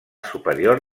superior